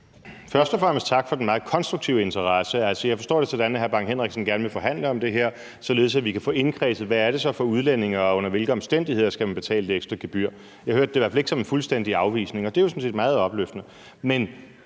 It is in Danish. Først og fremmest tak for den meget konstruktive interesse. Altså, jeg forstår det sådan, at hr. Preben Bang Henriksen gerne vil forhandle om det her, således at vi kan få indkredset: Hvad er det så for udlændinge, og under hvilke omstændigheder skal man betale et ekstra gebyr? Jeg hørte det i hvert fald ikke som en fuldstændig afvisning, og det er jo sådan set meget opløftende.